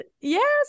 yes